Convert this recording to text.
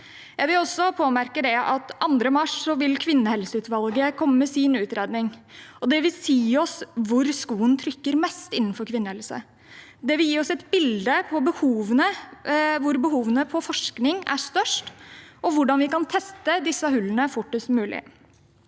Jeg vil også bemerke at 2. mars vil Kvinnehelseutvalget komme med sin utredning, og det vil fortelle oss hvor skoen trykker mest innenfor kvinnehelse. Det vil gi oss et bilde av hvor behovene for forskning er størst, og hvordan vi kan tette disse hullene fortest mulig.